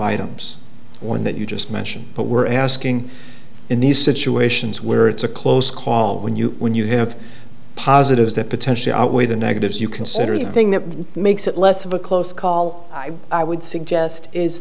items one that you just mentioned but we're asking in these situations where it's a close call when you when you have positives that potentially outweigh the negatives you consider the thing that makes it less of a close call i would suggest is